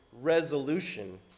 resolution